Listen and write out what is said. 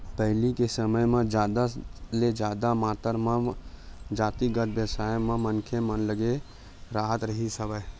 पहिली के समे म जादा ले जादा मातरा म जातिगत बेवसाय म मनखे मन लगे राहत रिहिस हवय